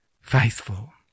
faithful